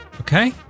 Okay